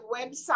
website